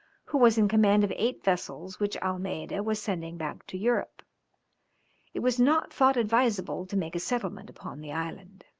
who was in command of eight vessels which almeida was sending back to europe it was not thought advisable to make a settlement upon the island.